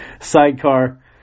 sidecar